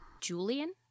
Julian